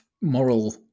moral